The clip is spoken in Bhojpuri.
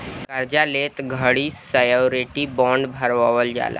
कार्जा लेत घड़ी श्योरिटी बॉण्ड भरवल जाला